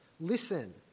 Listen